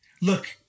look